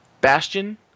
Bastion